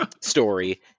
story